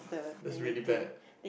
that's really bad